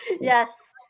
Yes